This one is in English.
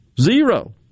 zero